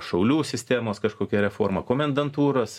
šaulių sistemos kažkokia reforma komendantūros